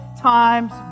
times